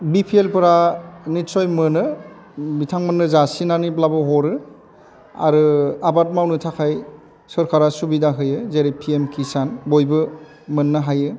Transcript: बि P L फोरा नितसय मोनो बिथांमोननो जासिनानैब्लाबो हरो आरो आबाद मावनो थाखाय सरकारा सुबिदा होयो जेरै पि एम किसान बयबो मोननो हायो